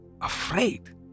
afraid